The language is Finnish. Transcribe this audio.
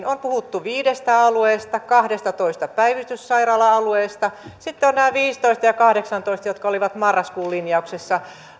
on puhuttu viidestä alueesta kahdestatoista päivystyssairaala alueesta sitten ovat nämä viisitoista ja kahdeksantoista jotka olivat marraskuun linjauksessa